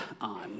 on